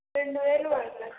రెండు వేలు పడుతుందా సరే